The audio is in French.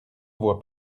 voit